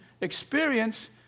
experience